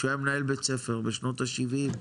כשהיה מנהל בית ספר בשנות ה-70'